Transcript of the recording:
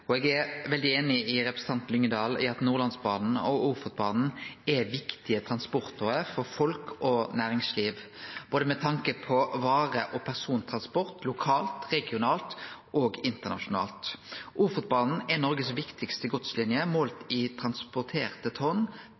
Eg er veldig einig med representanten Lyngedal i at Nordlandsbanen og Ofotbanen er viktige transportårer for folk og næringsliv, med tanke på både varetransport og persontransport, lokalt, regionalt og internasjonalt. Ofotbanen er Noregs viktigaste godslinje målt i transporterte tonn